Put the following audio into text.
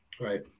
right